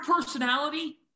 personality